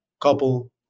couple